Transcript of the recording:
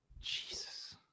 Jesus